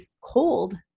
cold